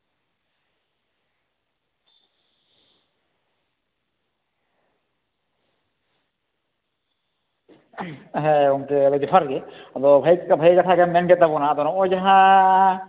ᱦᱮᱸ ᱜᱚᱝᱠᱮ ᱟᱫᱚ ᱡᱚᱦᱟᱨ ᱜᱮ ᱟᱫᱚ ᱵᱷᱟᱜᱮ ᱠᱟᱛᱷᱟ ᱜᱮᱢ ᱢᱮᱱ ᱠᱮᱫ ᱛᱟᱵᱚᱱᱟ ᱟᱫᱚ ᱱᱚᱜᱼᱚᱭ ᱡᱟᱦᱟᱸ